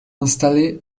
installée